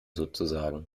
sozusagen